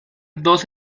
dos